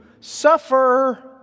suffer